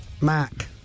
Mac